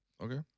Okay